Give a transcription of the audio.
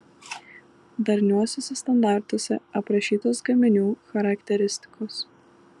darniuosiuose standartuose aprašytos gaminių charakteristikos